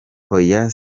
hoya